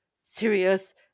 serious